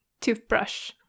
toothbrush